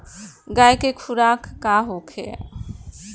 गाय के खुराक का होखे?